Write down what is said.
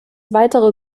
weitere